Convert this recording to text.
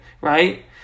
right